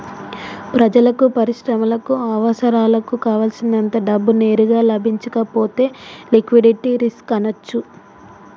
ప్రజలకు, పరిశ్రమలకు అవసరాలకు కావల్సినంత డబ్బు నేరుగా లభించకపోతే లిక్విడిటీ రిస్క్ అనొచ్చు